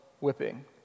whipping